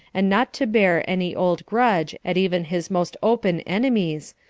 and not to bear any old grudge at even his most open enemies,